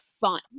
fun